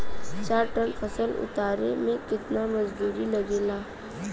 चार टन फसल उतारे में कितना मजदूरी लागेला?